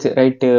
right